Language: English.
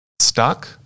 stuck